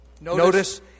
Notice